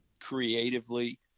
creatively